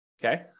Okay